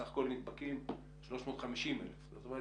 סך הכול הנדבקים 350,000. זאת אומרת,